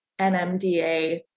nmda